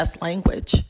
language